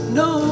no